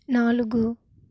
నాలుగు